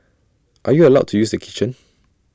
are you allowed to use the kitchen